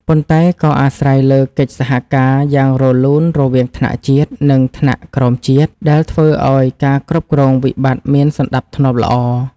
ប៉ុន្តែក៏អាស្រ័យលើកិច្ចសហការយ៉ាងរលូនរវាងថ្នាក់ជាតិ និងថ្នាក់ក្រោមជាតិ ដែលធ្វើឱ្យការគ្រប់គ្រងវិបត្តិមានសណ្ដាប់ធ្នាប់ល្អ។